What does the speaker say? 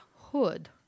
Hood